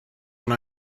when